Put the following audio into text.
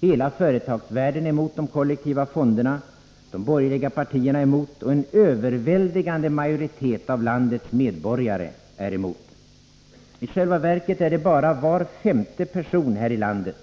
Hela företagsvärlden är emot de kollektiva fonderna, de borgerliga partierna är emot, och en överväldigande majoritet av landets medborgare är emot. I själva verket är det bara var femte person här i landet